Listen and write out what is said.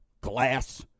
glass